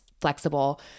flexible